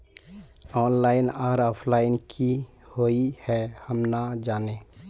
Online आर offline की हुई है हम ना जाने?